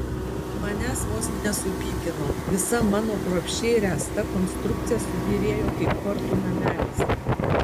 manęs vos nesupykino visa mano kruopščiai ręsta konstrukcija subyrėjo kaip kortų namelis